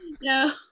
No